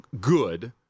good